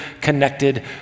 connected